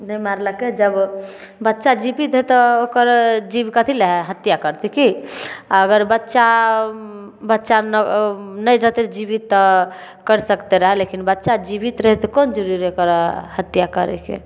नहि मारलकै जब बच्चा जीबित हेतै तऽ ओकर जीब कथी ले हत्या करतै की अगर बच्चा बच्चा ने नहि जीबित तऽ कर सकतै रऽ लेकिन बच्चा जीबित रहै तऽ कोन जरूरी रहै ओकर हत्या करेके